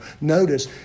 Notice